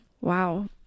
Wow